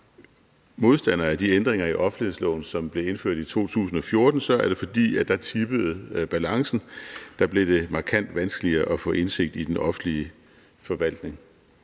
modstandere af de ændringer i offentlighedsloven, som blev indført i 2014, er det, fordi balancen tippede der; det blev markant vanskeligere at få indsigt i den offentlige forvaltning.